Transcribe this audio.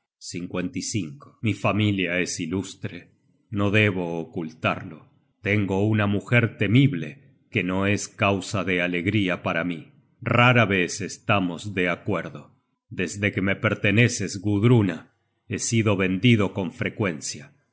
han sido muertos mi familia es ilustre no debo ocultarlo tengo una mujer temible que no es causa de alegría para mí rara vez estamos de acuerdo desde que me perteneces gudruna he sido vendido con frecuencia